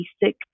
basic